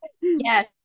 Yes